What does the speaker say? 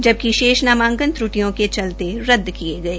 जबकि शेष नामांकन त्र्टियों के चलते रद्द किए गए